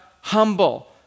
humble